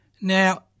Now